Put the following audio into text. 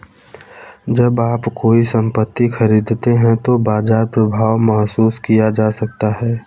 जब आप कोई संपत्ति खरीदते हैं तो बाजार प्रभाव महसूस किया जा सकता है